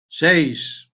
seis